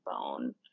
bone